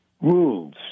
rules